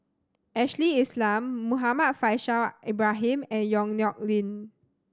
Ashley Isham Muhammad Faishal Ibrahim and Yong Nyuk Lin